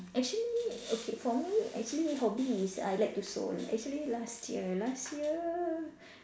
actually okay for me actually hobby is I like to sew actually last year last year